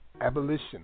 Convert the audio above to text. Abolition